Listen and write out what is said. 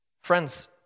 Friends